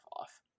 off